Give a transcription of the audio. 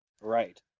Right